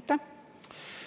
Aitäh,